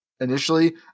Initially